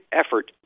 effort